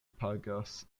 pagas